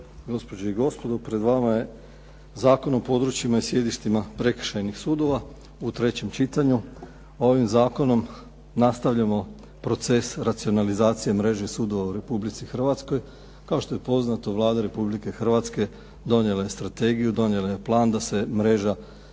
gospođe i gospodo. Pred vama je Zakon o područjima i sjedištima prekršajnih sudova, u trećem čitanju. Ovim zakonom nastavljamo proces racionalizacije mreže sudova u Republici Hrvatskoj. Kao što je poznato Vlada Republike Hrvatske donijela je strategiju, donijela je plan da se mreža